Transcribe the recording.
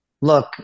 Look